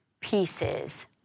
pieces